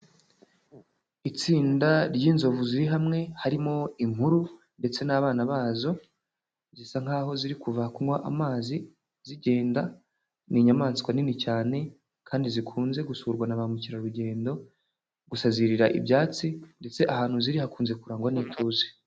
Itsinda ry'inzovu ziri hamwe, harimo inkuru, ndetse n'abana bazo. Zisa nkaho ziriva kunywa amazi, zigenda. Ni inyamaswa nini cyane, kandi zikunze gusurwa na ba mukerarugendo. Gusa zirira ibyatsi, ndetse ahantu ziri hakunze kurangwa n'ituze.